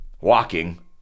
walking